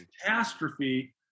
catastrophe